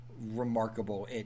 remarkable